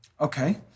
Okay